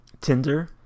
Tinder